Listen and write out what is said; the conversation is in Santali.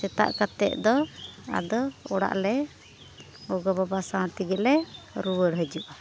ᱥᱮᱛᱟᱜ ᱠᱟᱛᱮᱫ ᱫᱚ ᱟᱫᱚ ᱚᱲᱟᱜ ᱞᱮ ᱜᱚᱜᱚᱼᱵᱟᱵᱟ ᱥᱟᱶ ᱛᱮᱜᱮᱞᱮ ᱨᱩᱣᱟᱹᱲ ᱦᱤᱡᱩᱜᱼᱟ